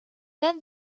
then